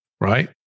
right